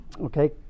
okay